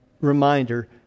reminder